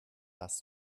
was